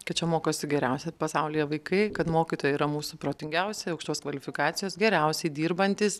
kad čia mokosi geriausi pasaulyje vaikai kad mokytojai yra mūsų protingiausi aukštos kvalifikacijos geriausiai dirbantys